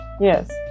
Yes